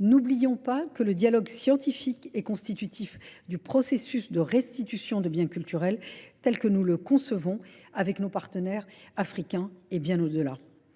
N'oublions pas que le dialogue scientifique est constitutif du processus de restitution de biens culturels tels que nous le concevons avec nos partenaires africains et bien au-delà.